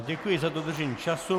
Děkuji za dodržení času.